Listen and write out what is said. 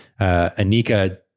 Anika